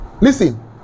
Listen